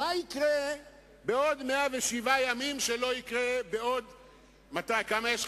מה יקרה בעוד 107 ימים שלא יקרה בעוד, מתי?